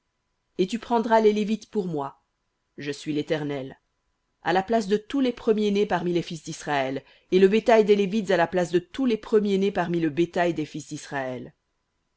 et tu prendras les lévites pour moi je suis l'éternel à la place de tous les premiers-nés parmi les fils d'israël et le bétail des lévites à la place de tous les premiers-nés parmi le bétail des fils d'israël